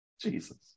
Jesus